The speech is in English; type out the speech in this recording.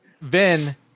VIN